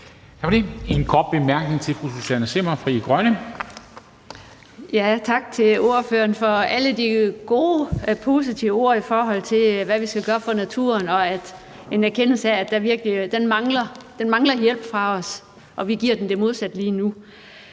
en kort bemærkning til fru Susanne Zimmer, Frie Grønne. Kl. 13:34 Susanne Zimmer (FG): Tak til ordføreren for alle de gode, positive ord, i forhold til hvad vi skal gøre for naturen, og for en erkendelse af, at den virkelig mangler hjælp fra os, og at vi giver den det modsatte lige nu.